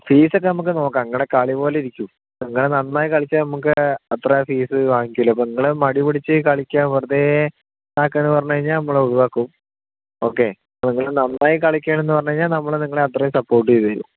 ഫീസൊക്കെ നമുക്ക് നോക്കാം നിങ്ങളുടെ കളി പോലെ ഇരിക്കും ഞങ്ങൾ നന്നായി കളിച്ചാൽ നമുക്ക് അത്ര ഫീസ് വാങ്ങിക്കുമല്ലോ അപ്പോൾ നിങ്ങൾ മടിപിടിച്ച് കളിക്കാൻ വെറുതേ ആക്കുകയാണ് പറഞ്ഞു കഴിഞ്ഞാൽ നമ്മൾ ഒഴിവാക്കും ഓക്കെ അപ്പോൾ നിങ്ങൾ നന്നായി കളിക്കുകയാണെന്നു പറഞ്ഞു കഴിഞ്ഞാൽ നമ്മൾ നിങ്ങളെ അത്രയും സപ്പോർട്ട് ചെയ്തു തരും